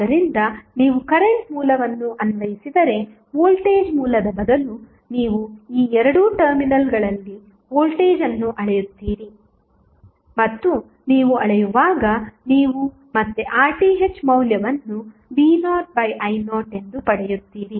ಆದ್ದರಿಂದ ನೀವು ಕರೆಂಟ್ ಮೂಲವನ್ನು ಅನ್ವಯಿಸಿದರೆ ವೋಲ್ಟೇಜ್ ಮೂಲದ ಬದಲು ನೀವು ಈ ಎರಡು ಟರ್ಮಿನಲ್ಗಳಲ್ಲಿ ವೋಲ್ಟೇಜ್ ಅನ್ನು ಅಳೆಯುತ್ತೀರಿ ಮತ್ತು ನೀವು ಅಳೆಯುವಾಗ ನೀವು ಮತ್ತೆ RTh ಮೌಲ್ಯವನ್ನು v0i0 ಎಂದು ಪಡೆಯುತ್ತೀರಿ